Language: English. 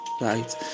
right